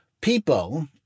people